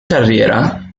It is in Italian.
carriera